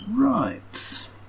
right